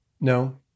No